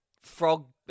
frog